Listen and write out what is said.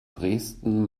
dresden